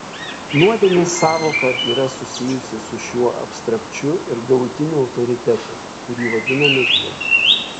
nuodėmės sąvoka yra susijusi su šiuo abstrakčiu ir galutiniu autoritetu kurį vadiname dievu